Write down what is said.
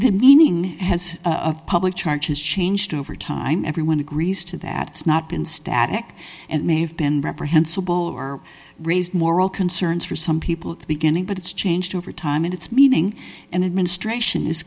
the meaning has a public charge has changed over time everyone agrees to that not been static and may have been reprehensible or raised moral concerns for some people at the beginning but it's changed over time and it's meaning and administration is